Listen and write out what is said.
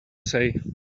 say